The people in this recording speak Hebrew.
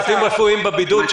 צוותים רפואיים בבידוד,